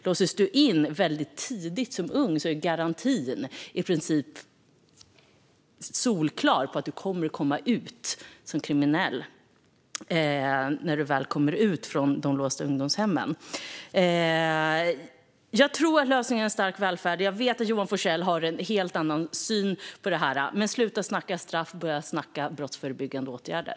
Låses man in väldigt tidigt som ung är garantin i princip solklar att man är kriminell när man väl kommer ut från de låsta ungdomshemmen. Jag tror att lösningen är en stark välfärd. Jag vet att Johan Forssell har en helt annan syn på det. Men sluta att snacka straff och börja snacka brottsförebyggande åtgärder!